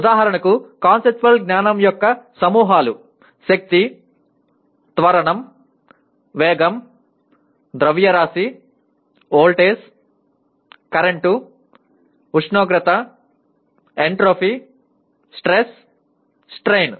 ఉదాహరణకు కాన్సెప్చువల్ జ్ఞానం యొక్క నమూనాలు - శక్తి త్వరణం వేగం ద్రవ్యరాశి వోల్టేజ్ కరెంటు ఉష్ణోగ్రత ఎంట్రోపీ స్ట్రెస్ స్ట్రైన్